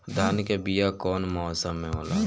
धान के बीया कौन मौसम में होला?